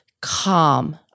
calm